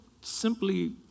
simply